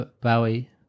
Bowie